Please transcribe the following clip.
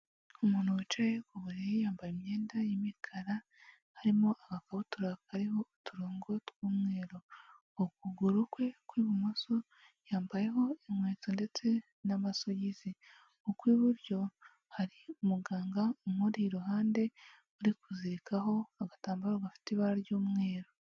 Umuntu wicaye ku buriri yambaye imyenda y'imikara harimo agakabutura kariho uturongo tw'umweru, ukuguru kwe kw'ibumoso yambayeho inkweto ndetse n'amasogisi, ukw'iburyo hari umuganga umuri iruhande uri kuzirikaho agatambaro gafite ibara ry'umweru.